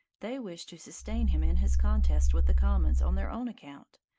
they wished to sustain him in his contest with the commons on their own account,